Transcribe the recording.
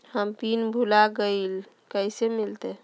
हम पिन भूला गई, कैसे मिलते?